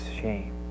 shame